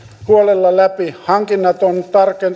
huolella läpi hankinnat on